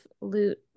loot